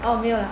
哦没有了